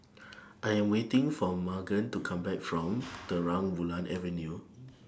I Am waiting For Magen to Come Back from Terang Bulan Avenue